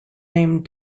named